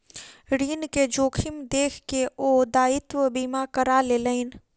ऋण के जोखिम देख के ओ दायित्व बीमा करा लेलैन